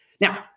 Now